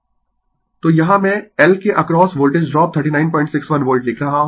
Refer Slide Time 1145 तो यहाँ मैं L के अक्रॉस वोल्टेज ड्रॉप 3961 वोल्ट लिख रहा हूँ